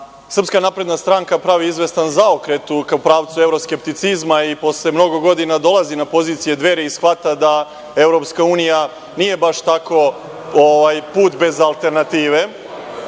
Prva, da SNS pravi izvestan zaokret u pravcu evroskepticizma i posle mnogo godina dolazi na pozicije Dveri i shvata da EU nije baš tako put bez alternative,